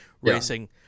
racing